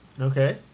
Okay